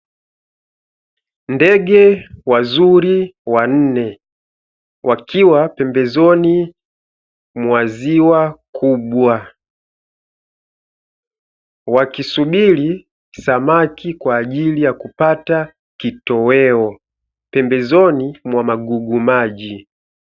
Ndege wazuri wanne, wakiwa pembezoni mwa ziwa kubwa, wakisubiri samaki kwaajili yakupata kitoweo pembezoni mwa magugu maji.